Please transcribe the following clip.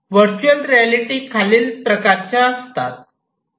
virtual reality खालील प्रकारच्या असतात